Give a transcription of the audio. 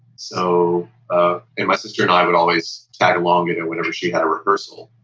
so and my sister and i would always tag along and and whenever she had a rehearsal,